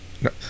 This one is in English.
No